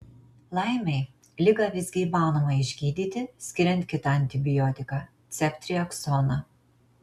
laimei ligą visgi įmanoma išgydyti skiriant kitą antibiotiką ceftriaksoną